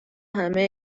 همه